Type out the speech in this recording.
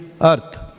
earth